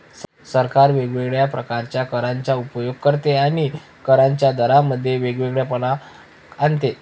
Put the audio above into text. सरकार वेगवेगळ्या प्रकारच्या करांचा उपयोग करते आणि करांच्या दरांमध्ये वेगळेपणा आणते